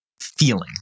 feeling